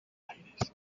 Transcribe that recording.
aires